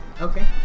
Okay